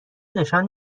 نشان